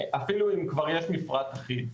אפילו אם כבר יש מפרט אחיד.